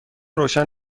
روشن